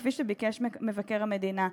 כפי שביקש מבקר המדינה,